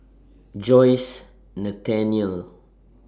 Joyce Nathanael